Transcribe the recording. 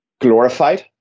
Glorified